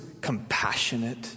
compassionate